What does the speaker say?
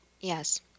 Yes